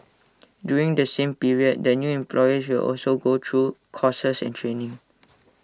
during the same period the new employees will also go through courses and training